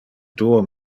duo